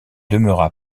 demeura